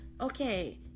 okay